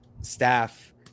staff